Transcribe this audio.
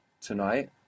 tonight